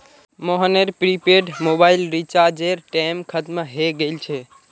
मोहनेर prepaid mobile रीचार्जेर टेम खत्म हय गेल छे